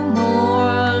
more